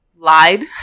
Lied